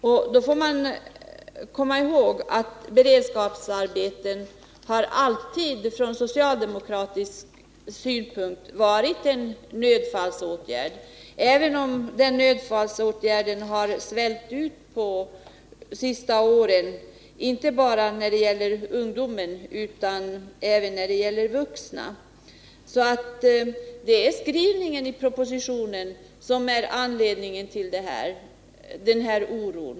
Man får komma ihåg att socialdemokraterna alltid har betraktat beredskapsarbetena som en nödfallsåtgärd, även om denna nödfallsåtgärd har ökat i omfattning under de senaste åren och då inte bara när det gäller ungdom utan även beträffande vuxna. Det är alltså skrivningen i propositionen som är anledningen till oron.